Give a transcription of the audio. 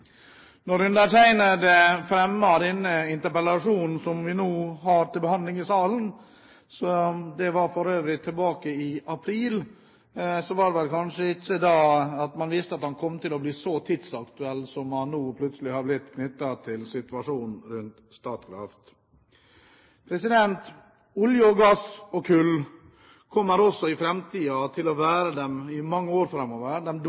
interpellasjonen som vi nå har til behandling i salen – det var for øvrig i april – visste man vel kanskje ikke at den kom til å bli så tidsaktuell som den nå plutselig har blitt, knyttet til situasjonen i Statkraft. Olje, gass og kull kommer også i framtiden til å være den dominerende energikilden, og det kommer til å være tilfellet i svært mange år.